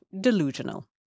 delusional